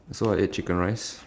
so I ate chicken rice